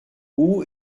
who